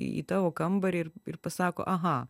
į tavo kambarį ir pasako aha